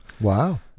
Wow